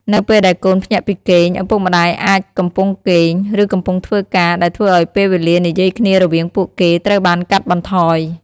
នៅពេលដែលកូនភ្ញាក់ពីគេង ឪពុកម្តាយអាចកំពុងគេង ឬកំពុងធ្វើការ ដែលធ្វើឲ្យពេលវេលានិយាយគ្នារវាងពួកគេត្រូវបានកាត់បន្ថយ។